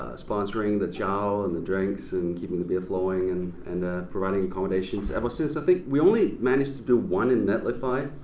sponsoring the chow and the drinks and keeping the beer flowing and and providing accommodations, ever since i think, we only managed to do one in netlify.